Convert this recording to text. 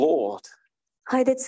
Lord